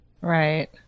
Right